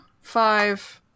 five